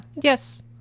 Yes